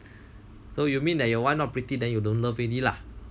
so you mean that you your wife not pretty then you don't love already lah